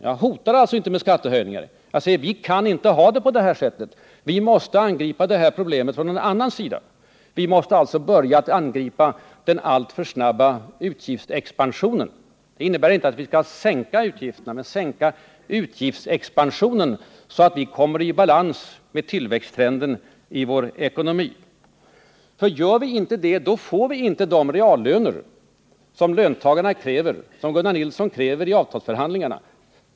Jag hotar alltså inte med skattehöjningar. Jag säger att vi inte kan ha det på detta sätt. Vi måste angripa problemen från en annan sida. Vi måste alltså börja med att angripa den alltför snabba offentliga utgiftsexpansionen. Det innebär inte att vi skall sänka utgifterna men sänka utgiftsexpansionen så att vi kommer i balans med tillväxttrenden i vår ekonomi. Gör vi inte det så får vi inte de reallöner som löntagarna kräver och som Gunnar Nilsson kräver i avtalsförhandlingarna.